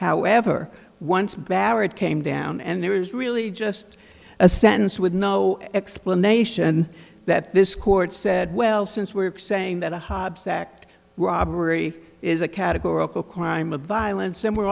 however once barrett came down and there was really just a sentence with no explanation that this court said well since we're saying that a hobbs act robbery is a categorical crime of violence and we're